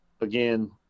again